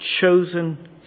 chosen